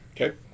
Okay